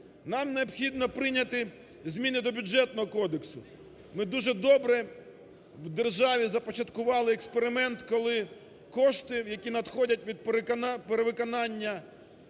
Нам необхідно прийняти зміни до Бюджетного кодексу. Ми дуже добре в державі започаткували експеримент, коли кошти, які надходять від перевиконання